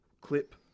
clip